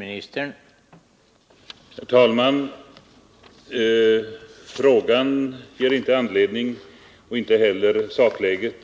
Herr talman! Frågan utgör inte anledning, och inte heller sakläget,